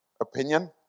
opinion